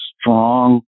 strong